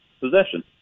possession